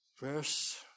verse